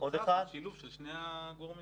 תוצאה של שילוב של שני הגורמים.